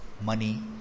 money